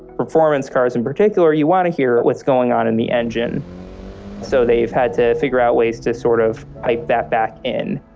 performance cars, in particular, you want to hear what's going on in the engine so they've had to figure out ways to sort of pipe that back in.